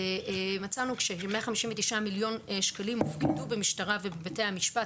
מצאנו שכ-159 מיליון שקלים הופקדו במשטרה ובבתי משפט